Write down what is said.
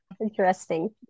Interesting